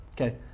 Okay